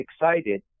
excited